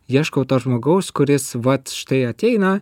ieškau to žmogaus kuris vat štai ateina